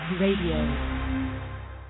RADIO